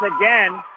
again